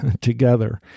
together